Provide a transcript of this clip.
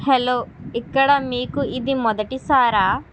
hello ఇక్కడ మీకు ఇది మొదటిసారా